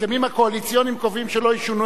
ההסכמים הקואליציוניים קובעים שלא ישונו